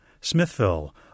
Smithville